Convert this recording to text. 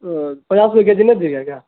او پچاس روپیے کے جی نہیں دیجیے گا کیا